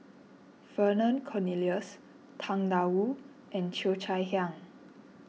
Vernon Cornelius Tang Da Wu and Cheo Chai Hiang